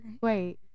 wait